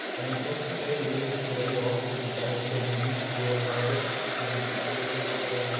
and we chose to stay in villages for very long periods of time because we used to go on harvests with the people living over there.